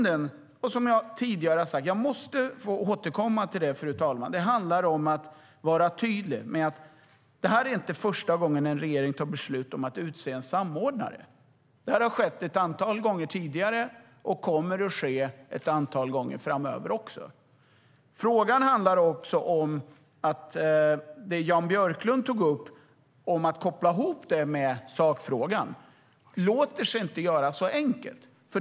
Jag har sagt det tidigare, och jag måste få återkomma till det: Det är inte första gången en regering tar beslut om att utse en samordnare. Det har skett ett antal gånger tidigare och kommer att ske ett antal gånger framöver också. Jag vill vara tydlig med det. Det Jan Björklund tog upp om att koppla ihop detta med sakfrågan låter sig inte göras så enkelt.